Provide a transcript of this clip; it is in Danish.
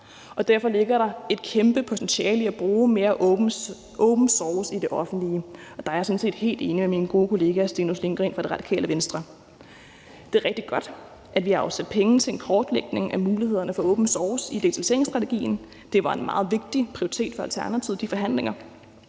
derfor ligger der et kæmpe potentiale i at bruge mere open source i det offentlige, og der er jeg sådan set helt enig med min gode kollega hr. Stinus Lindgreen fra Radikale Venstre. Det er rigtig godt, at vi har afsat penge til en kortlægning af mulighederne for open source i digitaliseringsstrategien. Kl. 17:52 Det var en meget vigtig prioritet for Alternativet i de forhandlinger,